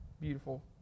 beautiful